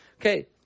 okay